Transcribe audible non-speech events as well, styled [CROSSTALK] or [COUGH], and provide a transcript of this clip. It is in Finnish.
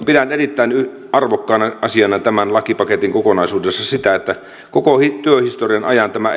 pidän erittäin arvokkaana asiana tämän lakipaketin kokonaisuudessa sitä että koko työhistorian ajan tämä [UNINTELLIGIBLE]